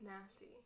Nasty